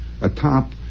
atop